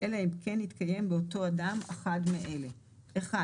אלא אם כן נתקיים באותו אדם אחד מאלה: א)